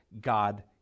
God